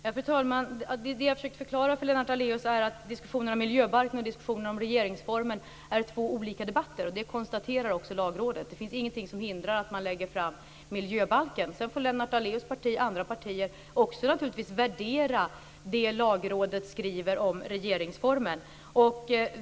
Fru talman! Jag har försökt förklara för Lennart Daléus att diskussionen om miljöbalken och diskussionen om regeringsformen är två olika debatter. Detta konstaterar också Lagrådet. Det finns alltså ingenting som hindrar att man lägger fram miljöbalken. Sedan får Lennart Daléus parti och naturligtvis också andra partier värdera det som Lagrådet skriver om regeringsformen.